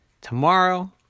Tomorrow